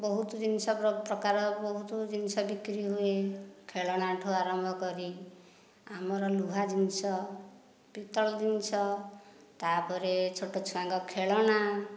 ବହୁତ ଜିନିଷ ପ୍ରକାରର ବହୁତ ଜିନିଷ ବିକ୍ରି ହୁଏ ଖେଳନାଠାରୁ ଆରମ୍ଭ କରି ଆମର ଲୁହା ଜିନିଷ ପିତ୍ତଳ ଜିନିଷ ତାପରେ ଛୋଟଛୁଆଙ୍କ ଖେଳନା